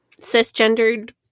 cisgendered